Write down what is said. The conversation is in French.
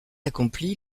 accompli